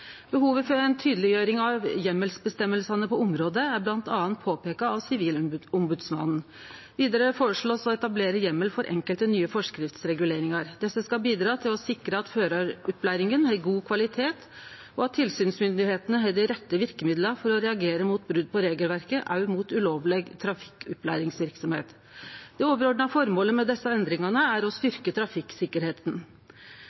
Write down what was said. Behovet for ei tydeleggjering av heimelsføresegnene på området er bl.a. påpeika av Sivilombodsmannen. Vidare blir det føreslått å etablere heimel for enkelte nye forskriftsreguleringar. Desse skal bidra til å sikre at føraropplæringa har god kvalitet, og at tilsynsmyndigheitene har dei rette verkemidla for å reagere mot brot på regelverket, òg mot ulovleg trafikkopplæringsverksemd. Det overordna føremålet med desse endringane er å